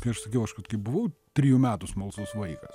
kai aš sakiau aš buvau trejų metų smalsus vaikas